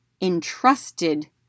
entrusted